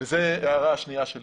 וזו ההערה השנייה שלי